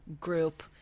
group